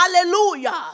Hallelujah